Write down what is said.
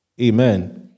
Amen